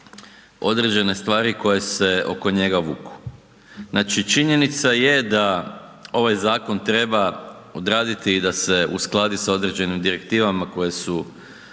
određene stvari koje se oko njega vuku. Znači činjenica je da ovaj zakon treba odraditi i da se uskladi sa određenim direktivama koje su